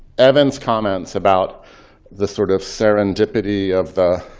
evan's comments about the sort of serendipity of the